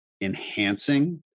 enhancing